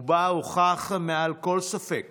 ובה הוכח מעל לכל ספק